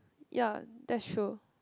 ya that's true